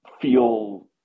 feel